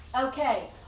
Okay